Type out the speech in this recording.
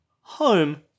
Home